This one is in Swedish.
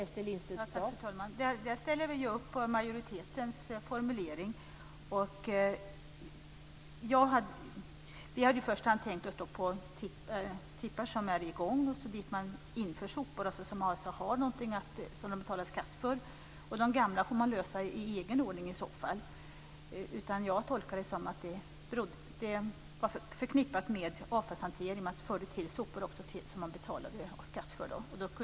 Fru talman! Där ställer vi upp på majoritetens formulering. Vi hade i första hand tänkt på tippar som är i gång, dit man för in sopor som man betalar skatt för. För de gamla tipparna får man hitta en lösning i egen ordning. Jag tolkar det som att det är förknippat med avfallshantering, sopor som man betalar skatt för.